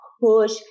push